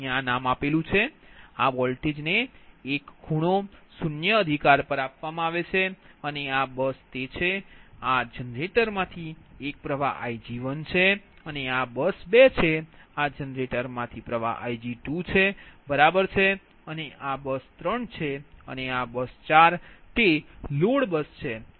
આ વોલ્ટેજને એક ખૂણો 0 અધિકાર પર આપવામાં આવે છે અને આ બસ છે આ જનરેટરમાંથી એક પ્રવાહ Ig1 છે અને આ બસ 2 છે આ જનરેટરમાંથી પ્રવાહ Ig2 બરાબર છે અને આ બસ 3 છે અને બસ 4 તે લોડ બસ છે